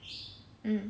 mm